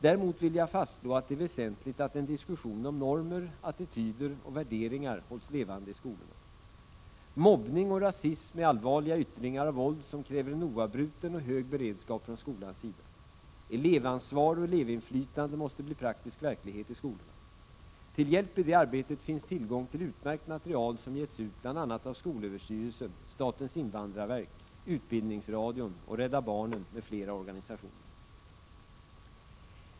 Däremot vill jag fastslå att det är väsentligt att en diskussion om normer, attityder och värderingar hålls levande i skolorna. Mobbning och rasism är allvarliga yttringar av våld som kräver en oavbruten och hög beredskap från skolans sida. Elevansvar och elevinflytande måste bli praktisk verklighet i skolorna. Till hjälp i det arbetet finns tillgång till utmärkt material som getts ut bl.a. av skolöverstyrelsen, statens invandrarverk, Utbildningsradion och Rädda barnen m.fl. organisationer.